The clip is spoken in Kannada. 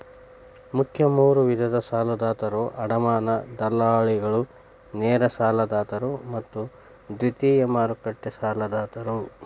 ಮುಖ್ಯ ಮೂರು ವಿಧದ ಸಾಲದಾತರು ಅಡಮಾನ ದಲ್ಲಾಳಿಗಳು, ನೇರ ಸಾಲದಾತರು ಮತ್ತು ದ್ವಿತೇಯ ಮಾರುಕಟ್ಟೆ ಸಾಲದಾತರು